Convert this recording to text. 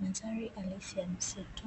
Mandhari halisi ya misitu